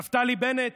נפתלי בנט,